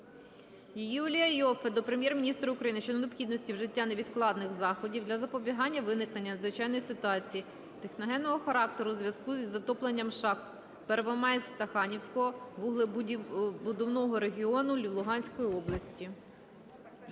Юлія Іоффе до Прем'єр-міністра України щодо необхідності вжиття невідкладних заходів для запобігання виникнення надзвичайної ситуації техногенного характеру у зв'язку із затопленням шахт Первомайсько-Стаханівського вугледобувного регіону Луганської області.